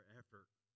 effort